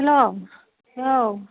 हेल' औ